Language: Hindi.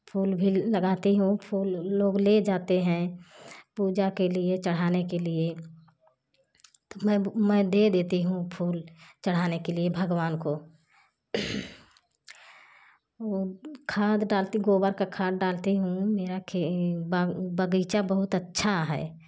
फूल भी लगाती हूँ फूल लोग ले जाते हैं पूजा के लिए चढ़ाने के लिए मैं दे देती हूँ फूल चढ़ाने के लिए भगवान को खाद डालती गोबर का खाद डालती हूँ मेरा के बाग़ बगीचा बहुत अच्छा है